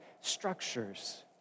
structures